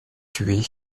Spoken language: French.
tué